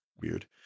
weird